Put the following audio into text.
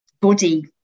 body